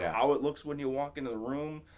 how it looks when you walk into a room,